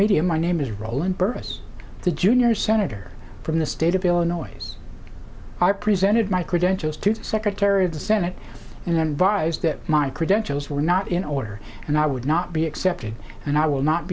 media my name is roland burris the junior senator from the state of illinois i presented my credentials to the secretary of the senate and then advised that my credentials were not in order and i would not be accepted and i will not